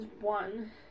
one